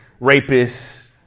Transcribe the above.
rapists